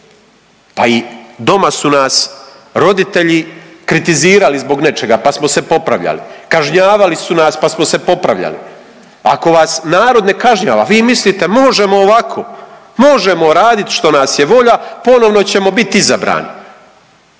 Pa i doma su nas roditelji kritizirali zbog nečega pa smo se popravljali. Kažnjavali su nas pa smo se popravljali. Ako vas narod ne kažnjava vi mislite možemo ovako. Možemo radit što nas je volja, ponovno ćemo bit izabrani.